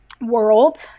World